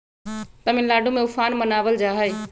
तमिलनाडु में उफान मनावल जाहई